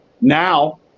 now